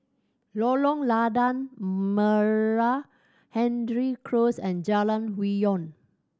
Lorong Lada Merah Hendry Close and Jalan Hwi Yoh